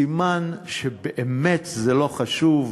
סימן שזה באמת לא חשוב,